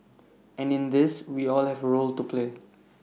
and in this we all have A role to play